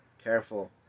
careful